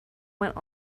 went